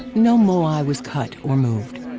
no moai was cut or moved.